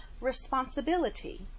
responsibility